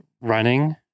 running